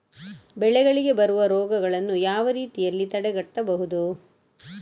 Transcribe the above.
ಬೆಳೆಗಳಿಗೆ ಬರುವ ರೋಗಗಳನ್ನು ಯಾವ ರೀತಿಯಲ್ಲಿ ತಡೆಗಟ್ಟಬಹುದು?